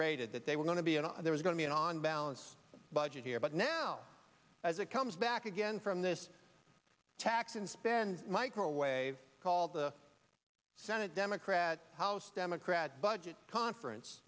rated that they were going to be and there was going to be an on balance budget here but now as it comes back again from this tax and spend microwave called the senate democrat house democrat budget conference